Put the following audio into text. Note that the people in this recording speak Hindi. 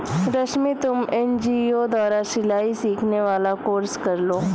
रश्मि तुम एन.जी.ओ द्वारा सिलाई सिखाने वाला कोर्स कर लो